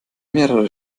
mehrere